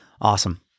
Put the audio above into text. Awesome